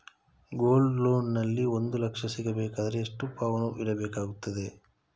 Gold loan ನಲ್ಲಿ ಒಂದು ಲಕ್ಷ ಸಿಗಬೇಕಾದರೆ ಎಷ್ಟು ಪೌನು ಇಡಬೇಕಾಗುತ್ತದೆ?